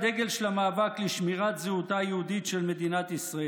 הדגל של המאבק לשמירת זהותה היהודית של מדינת ישראל.